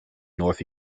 north